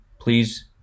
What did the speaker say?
Please